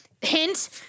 Hint